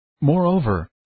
Moreover